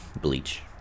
Bleach